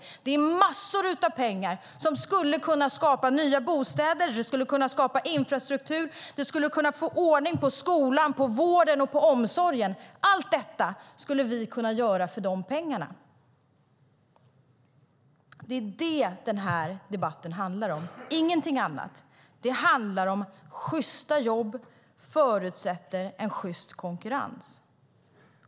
Det är massor av pengar som skulle kunna skapa nya bostäder och infrastruktur. Det skulle kunna få ordning på skolan, vården och omsorgen. Allt detta skulle vi kunna göra för de pengarna. Det som den här debatten handlar om, ingenting annat, är att sjysta jobb förutsätter en sjyst konkurrens.